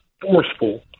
forceful